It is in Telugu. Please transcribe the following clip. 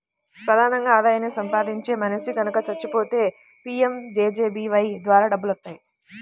ప్రధానంగా ఆదాయాన్ని సంపాదించే మనిషి గనక చచ్చిపోతే పీయంజేజేబీవై ద్వారా డబ్బులొత్తాయి